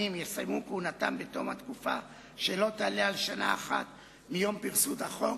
יסיימו כהונתם בתום התקופה שלא תעלה על שנה אחת מיום פרסום החוק